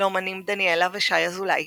לאמנים דניאלה ושי אזולאי